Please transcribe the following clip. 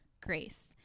grace